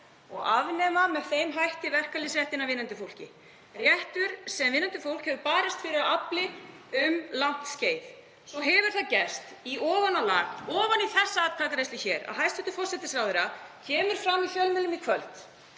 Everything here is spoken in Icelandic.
og afnema með þeim hætti verkfallsréttinn af vinnandi fólki, rétt sem vinnandi fólk hefur barist fyrir af afli um langt skeið. Svo hefur það gerst í ofanálag, ofan í þessa atkvæðagreiðslu, að hæstv. forsætisráðherra kemur fram í fjölmiðlum í kvöld